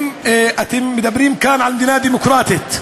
אם אתם מדברים כאן על מדינה דמוקרטית,